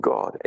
God